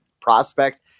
prospect